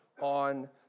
on